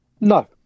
no